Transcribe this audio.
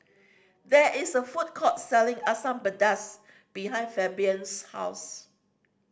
there is a food court selling Asam Pedas behind Fabian's house